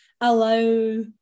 allow